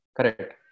Correct